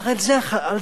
הרי על זה המחלוקת.